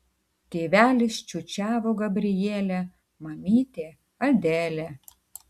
tėvelis čiūčiavo gabrielę mamytė adelę